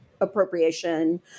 Appropriation